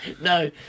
No